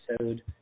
episode